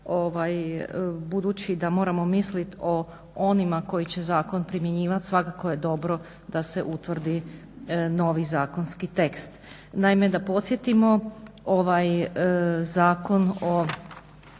budući da moramo misliti o onima koji će zakon primjenjivati svakako je dobro da se utvrdi novi zakonski tekst. Naime, da podsjetimo ovaj Zakon o